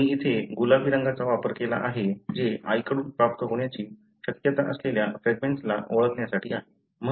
मी इथे गुलाबी रंगाचा वापर केला आहे जे आईकडून प्राप्त होण्याची शक्यता असलेल्या फ्रॅगमेंट्सना ओळखण्यासाठी आहे